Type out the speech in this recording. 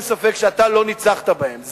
אין ספק שאתה לא ניצחת בהן,